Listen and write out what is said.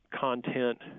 content